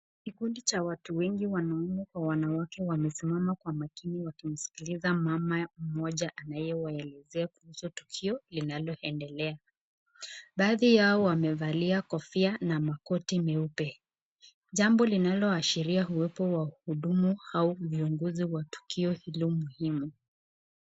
Kikundi cha watu wengi wanaume kwa wanawake wamesimama kwa makini wakimsikiza mama mmoja anayewaelezea kuhusu tukio lililoendelea, baadhinyao wamevalia kofia na koti nyeupe, jambo linaloashitis uwepo wa wahudumu au viongozi wa tukio hilo muhimu.